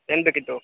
ಏನು ಬೇಕಿತ್ತು